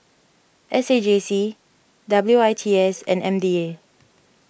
S A J C W I T S and M D A